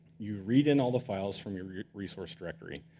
you read in all the files from your resource directory.